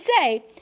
say